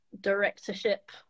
directorship